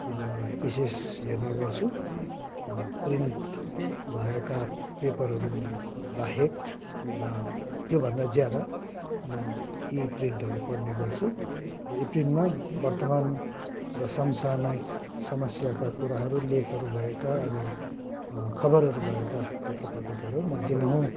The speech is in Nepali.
विशेष हेर्ने गर्छु प्रिन्ट भएका पेपरहरूबाहेक वा त्योभन्दा ज्यादा म ई प्रिन्टहरू पढ्ने गर्छु र ई प्रिन्टमा वर्तमान र समसामयिक समस्याका कुराहरू लेखहरू भएका अनि खबरहरू भएका पत्र पत्रिकाहरू म दिनहुँ